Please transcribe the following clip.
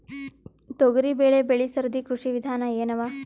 ತೊಗರಿಬೇಳೆ ಬೆಳಿ ಸರದಿ ಕೃಷಿ ವಿಧಾನ ಎನವ?